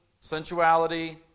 sensuality